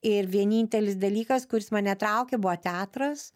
ir vienintelis dalykas kuris mane traukė buvo teatras